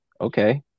Okay